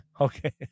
okay